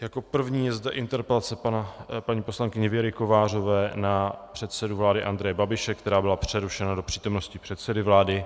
Jako první je zde interpelace paní poslankyně Věry Kovářové na předsedu vlády Andreje Babiše, která byla přerušena do přítomnosti předsedy vlády.